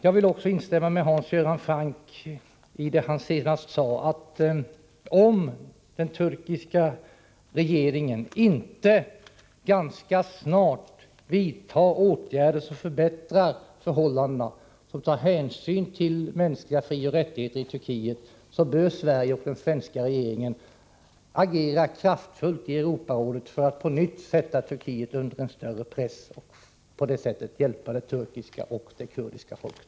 Jag vill också instämma med Hans Göran Franck i det han senast sade, att om den turkiska regeringen inte ganska snart vidtar åtgärder som förbättrar förhållandena och tar hänsyn till mänskliga frioch rättigheter i Turkiet, så bör Sverige och den svenska regeringen agera kraftfullt i Europarådet för att på nytt sätta Turkiet under press och på det sättet hjälpa det turkiska och det kurdiska folket.